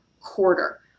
quarter